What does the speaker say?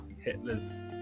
Hitler's